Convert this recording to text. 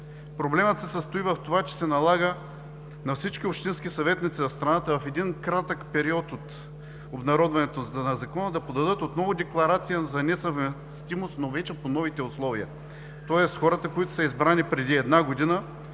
Проблемът се състои в това, че се налага на всички общински съветници в страната в един кратък период от обнародването на Закона да подадат отново декларация за несъвместимост, но вече по новите условия. Тоест хората, които са избрани преди една година